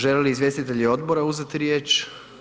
Žele li izvjestitelji odbora uzeti riječ?